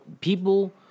People